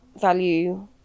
value